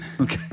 Okay